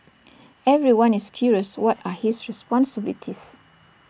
everyone is curious what are his responsibilities